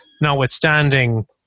notwithstanding